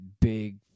big